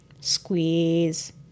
Squeeze